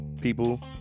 people